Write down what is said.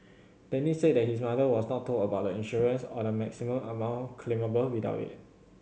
Denny said that his mother was not told about the insurance or the maximum amount claimable without it